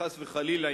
חס וחלילה,